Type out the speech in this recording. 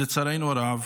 לצערנו הרב,